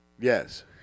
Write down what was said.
Yes